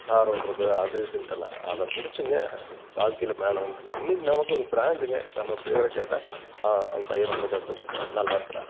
car ஓட்டுறது அது இதுன்ட்டெல்லாம் அதை பிடிச்சிங்க வாழ்க்கையில் மேலே வந்துட்டேங்க இன்னைக்கு நமக்கு ஒரு ப்ராண்டுங்க நம்ம பேரை கேட்டால் அந்த பையன் ரொம்ப கஷ்டப்பட்டான் நல்லாயிருக்குறான்